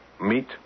Meet